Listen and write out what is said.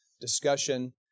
discussion